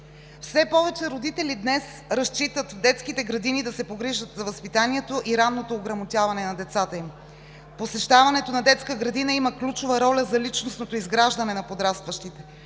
Все повече родители днес разчитат детските градини да се погрижат за възпитанието и ранното ограмотяване на децата им. Посещаването на детска градина има ключова роля за личностното изграждане на подрастващите,